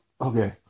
okay